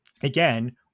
again